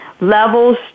levels